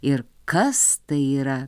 ir kas tai yra